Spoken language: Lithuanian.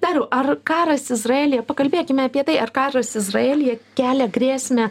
dariau ar karas izraelyje pakalbėkime apie tai ar karas izraelyje kelia grėsmę